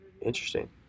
Interesting